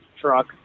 truck